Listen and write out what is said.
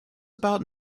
about